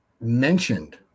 mentioned